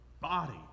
body